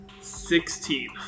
Sixteen